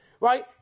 right